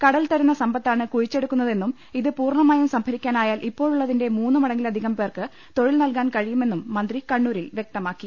കടൽ തരുന്ന സമ്പത്താണ് കുഴിച്ചെടുക്കുന്നതെന്നും ഇത് പൂർണമായും സംഭരിക്കാനായാൽ ഇപ്പോഴുള്ളതിന്റെ മൂന്ന് മട ങ്ങിലധികം പേർക്ക് തൊഴിൽ നൽകാൻ കഴിയുമെന്നും മന്ത്രി കണ്ണൂരിൽ വ്യക്തമാക്കി